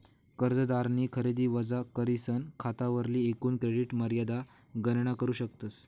कर्जदारनी खरेदी वजा करीसन खातावरली एकूण क्रेडिट मर्यादा गणना करू शकतस